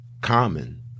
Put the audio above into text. common